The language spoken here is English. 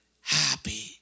happy